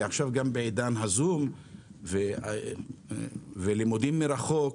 עכשיו בעידן הזום ולימודים מרחוק,